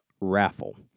raffle